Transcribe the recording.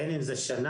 בין אם זה שנה,